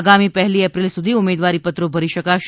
આગામી પહેલી એપ્રિલ સુધી ઉમેદવારી પત્રો ભરી શકાશે